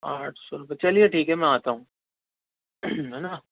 آٹھ سو روپئے چلئے ٹھیک ہے میں آتا ہوں ہے نا